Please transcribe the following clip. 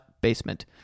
basement